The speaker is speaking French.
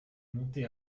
montée